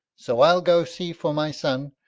so i'll go see for my son,